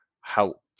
help